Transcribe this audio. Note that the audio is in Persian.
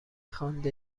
خوانده